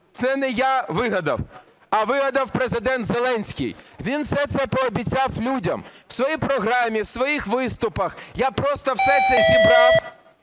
це не я вигадав, а вигадав Президент Зеленський. Він все це пообіцяв людям в своїй програмі, в своїх виступах. Я просто все це зібрав